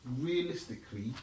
realistically